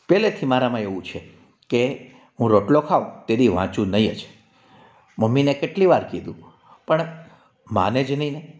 પહેલેથી મારામાં એવું છે કે હું રોટલો ખાઉ તેદી વાંચું નહીં જ મમીને કેટલી વાર કીધું પણ માને જ નહીં અને